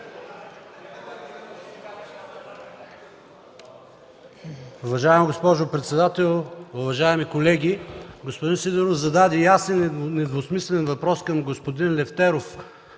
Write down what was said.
Уважаема госпожо председател, уважаеми колеги! Господин Сидеров зададе ясен и недвусмислен въпрос към господин Лефтеров